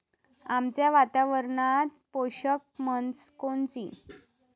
आमच्या वातावरनात पोषक म्हस कोनची?